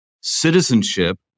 citizenship